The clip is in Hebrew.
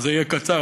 אז אהיה קצר.